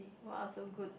!wow! so good